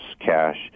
cash